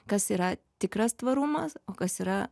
kas yra tikras tvarumas o kas yra